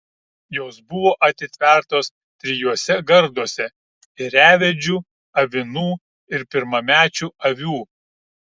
jos buvo atitvertos trijuose garduose ėriavedžių avinų ir pirmamečių avių